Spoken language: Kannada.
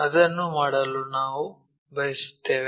ಅದನ್ನು ಮಾಡಲು ನಾವು ಬಯಸುತ್ತೇವೆ